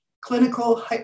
clinical